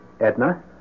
Edna